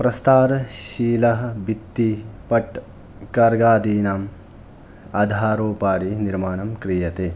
प्रस्तारशीलः बित्तिपट् कार्गादीनाम् आधारोपरि निर्माणं क्रियते